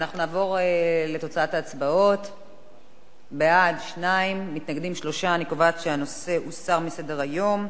בעד ההצעה לכלול את הנושא בסדר-היום,